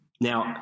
Now